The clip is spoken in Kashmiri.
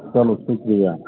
چلو شُکرِیا